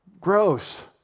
Gross